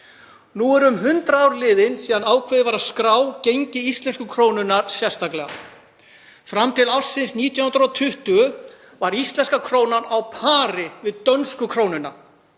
Nú eru 100 ár liðin síðan ákveðið var að skrá gengi íslensku krónunnar sérstaklega. Fram til ársins 1920 var íslenska krónan á pari við dönsku krónuna